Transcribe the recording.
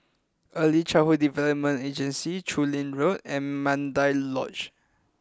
Early Childhood Development Agency Chu Lin Road and Mandai Lodge